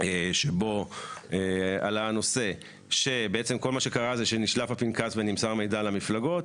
שבו עלה הנושא שבעצם כל מה שקרה זה שנשלף הפנקס ונמסר מידע למפלגות.